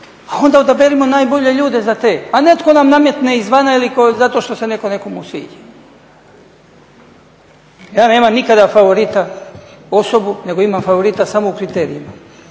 a onda odaberimo najbolje ljude za te. A netko nam nametne iz vana ili zato što se netko nekomu sviđa. Ja nemam nikada favorita osobu nego imam favorita smo u kriterijima.